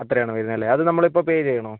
അത്ര ആണ് വരുന്നത് അല്ലേ അത് നമ്മൾ ഇപ്പോൾ പേ ചെയ്യണോ